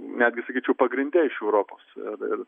netgi sakyčiau pagrindine iš europos ir ir